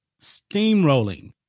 steamrolling